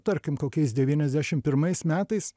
tarkim kokiais devyniasdešim pirmais metais